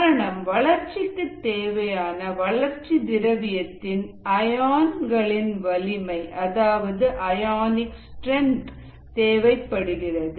காரணம் வளர்ச்சிக்கு தேவையான வளர்ச்சி திரவியத்தின் அயான் கலின் வலிமை அதாவது அயோனிக் ஸ்ட்ரென்த் தேவைப்படுகிறது